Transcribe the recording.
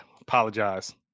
apologize